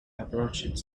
approached